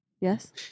Yes